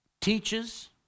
teaches